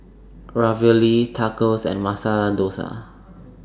Ravioli Tacos and Masala Dosa